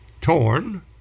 torn